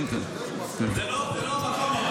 זה לא המקום.